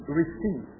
receive